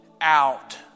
out